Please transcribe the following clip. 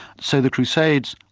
so the crusades,